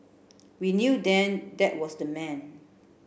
we knew then that was the man